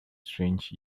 strange